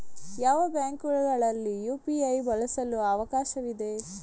ಯಾವ ಬ್ಯಾಂಕುಗಳಲ್ಲಿ ಯು.ಪಿ.ಐ ಬಳಸಲು ಅವಕಾಶವಿದೆ?